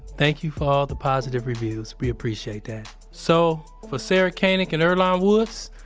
thank you for all the positive reviews. we appreciate that. so, for sarah koenig and earlonne woods,